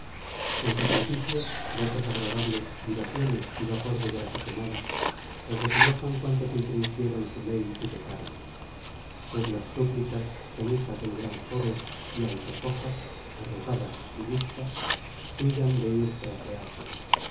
con sacrificios votos agradables libaciones y vapor de grasa quemada los desenojan cuantos infringieron su ley y pecaron pues las súplicas son hijas del gran jove y aunque cojas arrugadas y bizcas cuidan de ir tras de